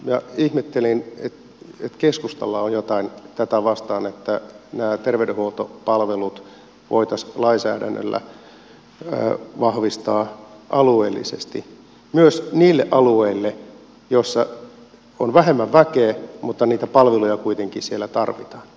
minä ihmettelin että keskustalla on jotain tätä vastaan että nämä terveydenhuoltopalvelut voitaisiin lainsäädännöllä vahvistaa alueellisesti myös niille alueille joilla on vähemmän väkeä mutta niitä palveluja kuitenkin tarvitaan